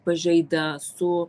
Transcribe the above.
pažaida su